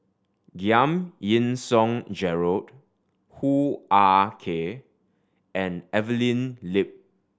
Giam Yean Song Gerald Hoo Ah Kay and Evelyn Lip